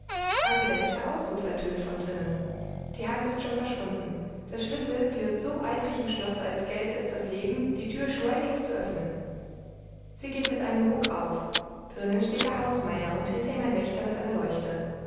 ein gedämpfter ausruf ertönt von drinnen die hand ist schon verschwunden der schlüssel klirrt so eifrig im schlosse als gelte es das leben die tür schleunigst zu öffnen sie geht mit einem ruck auf drinnen steht der hausmeier und hinter ihm ein wächter mit einer leuchte